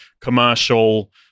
commercial